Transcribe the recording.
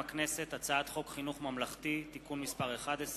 מטעם הכנסת: הצעת חוק חינוך ממלכתי (תיקון מס' 11)